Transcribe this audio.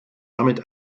damit